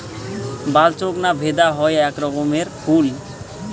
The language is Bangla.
বালচোক না ভেদা হই আক রকমের ফুল